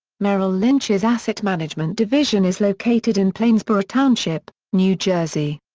merrill lynch's asset-management division is located in plainsboro township, new jersey.